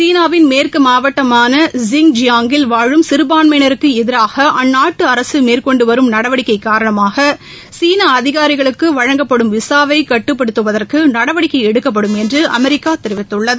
சீனாவின் மேற்று மாவட்டமான ஸின் ஷியாங்கில் வாழும் சிறுபான்மையினருக்கு எதிராக அந்நாட்டு அரசு மேற்கொண்டு வரும் நடவடிக்கை காரணமாக சீன அதிகாரிகளுக்கு வழங்கப்படும் விசாவை கட்டுப்படுத்துவதற்கு நடவடிக்கை எடுக்கப்படும் என்று அமெரிக்கா தெரிவித்துள்ளது